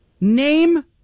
Name